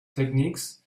techniques